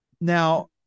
Now